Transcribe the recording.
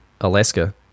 Alaska